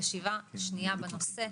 ישיבה שנייה בנושא.